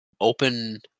open